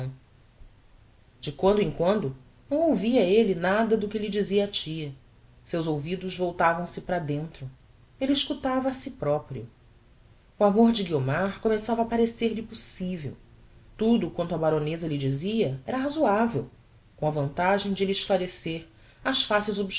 de quando em quando não ouvia elle nada do que lhe dizia a tia seus ouvidos voltavam-se para dentro elle escutava se a si proprio o amor de guiomar começava a parecer-lhe possivel tudo quanto a baroneza lhe dizia era razoavel com a vantagem de lhe esclarecer as faces